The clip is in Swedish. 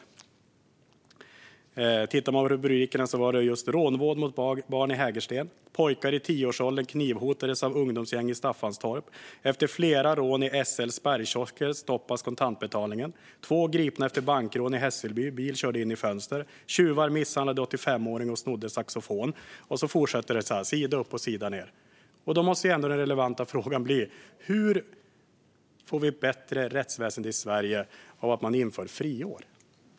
Det här är några av rubrikerna: "Rånvåg mot barn i Hägersten", "Pojkar i 10-årsåldern knivhotades av ungdomsgäng i Staffanstorp", "Efter flera rån i SL:s spärrkiosker stoppas kontantbetalningen", "Två gripna efter bankrån i Hässelby - bil körde in i fönster", "Tjuvar misshandlade 85-åring och snodde saxofon". Så här fortsätter det sida upp och sida ned, och då måste ändå den relevanta frågan bli: Hur får vi ett bättre rättsväsen i Sverige av att man inför friår?